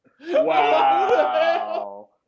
Wow